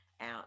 out